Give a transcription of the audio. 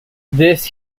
this